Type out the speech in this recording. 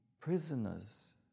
prisoners